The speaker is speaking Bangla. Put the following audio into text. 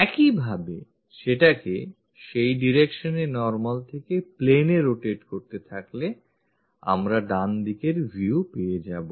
একইভাবে সেটাকে সেই direction এ normal থেকে plane এ rotate করতে থাকলে আমরা ডানদিকের view পেয়ে যাবো